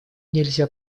нельзя